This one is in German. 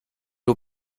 nur